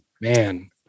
man